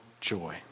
joy